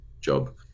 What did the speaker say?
job